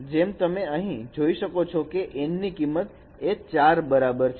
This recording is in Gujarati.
જેમ તમે અહીં જોઈ શકો છો તેમ N ની કિંમત 4 બરાબર છે